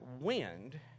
wind